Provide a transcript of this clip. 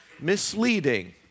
misleading